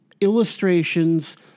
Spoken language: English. illustrations